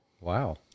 Wow